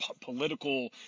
political